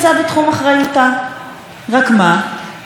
רק מה, הקולנוע הישראלי מצליח.